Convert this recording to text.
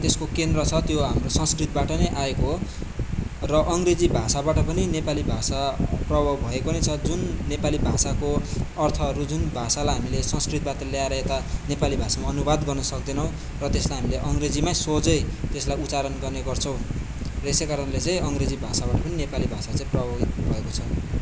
त्यसको केन्द्र छ त्यो हाम्रो संस्कृतबाट नै आएको हो र अङ्ग्रेजी भाषाबाट पनि नेपाली भाषा प्रभाव भएको नै छ जुन नेपाली भाषाको अर्थहरू जुन भाषालाई हामीले संस्कृतबाट ल्याएर यता नेपाली भाषामा अनुवाद गर्नु सक्दैनौँ र त्यसलाई हामी अङ्ग्रेजीमाई सोझै त्यसलाई उच्चारण गर्ने गर्छौँ र यसैकारणले चाहिँ अङ्ग्रेजी भाषाबाट पनि नेपाली भाषा चाहिँ प्रभावित भएको छ